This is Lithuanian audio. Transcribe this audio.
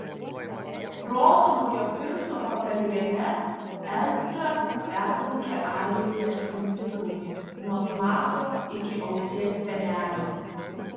rodomojo piršto pagalvėle ezra perbraukė arijai per žandikaulį nuo smakro iki ausies spenelio